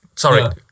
Sorry